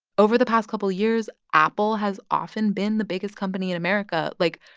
over the past couple of years, apple has often been the biggest company in america. like,